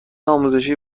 آزمایشی